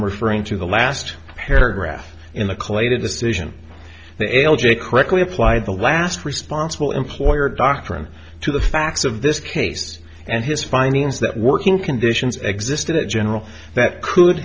frame to the last paragraph in the collated decision the l j correctly applied the last responsible employer doctrine to the facts of this case and his findings that working conditions existed in general that could